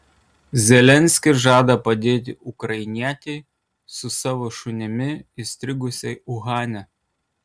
zelenskis žada padėti ukrainietei su savo šunimi įstrigusiai uhane